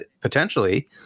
potentially